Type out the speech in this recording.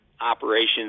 operations